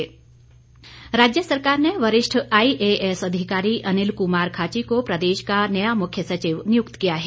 मुख्य सचिव राज्य सरकार ने वरिष्ठ आईएएस अधिकारी अनिल कुमार खाची को प्रदेश का नया मुख्य सचिव नियुक्त किया है